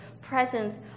presence